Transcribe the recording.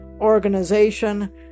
organization